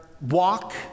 walk